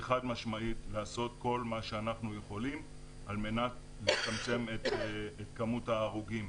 חד-משמעית לעשות כל מה שאנחנו יכולים על מנת לצמצם את כמות ההרוגים.